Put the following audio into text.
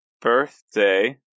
Birthday